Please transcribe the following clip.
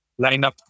lineup